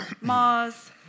Mars